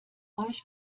euch